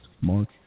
Mark